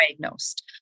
diagnosed